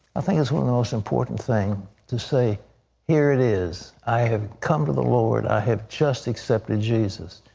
think it is one of the most important things, to say here it is, i have come to the lord. i have just accepted jesus.